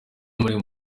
muri